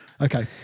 okay